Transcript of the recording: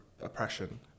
oppression